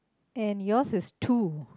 and yours is two